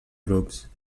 grups